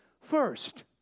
first